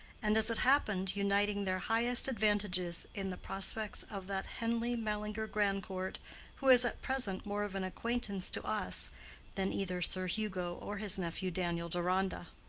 and, as it happened, uniting their highest advantages in the prospects of that henleigh mallinger grandcourt who is at present more of an acquaintance to us than either sir hugo or his nephew daniel deronda.